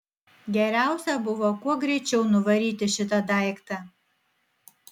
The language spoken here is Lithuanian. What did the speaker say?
geriausia buvo kuo greičiau nuvaryti šitą daiktą